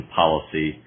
policy